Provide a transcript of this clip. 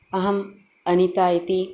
अहं अनिता इति